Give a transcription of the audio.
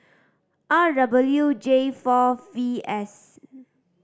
R J four V S